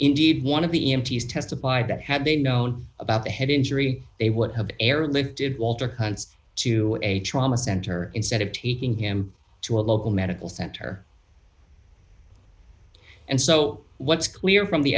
indeed one of the e m t has testified that had they known about the head injury they would have airlifted walter cunts to a trauma center instead of taking him to a local medical center and so what's clear from the